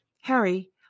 Harry